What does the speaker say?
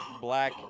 black